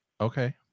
okay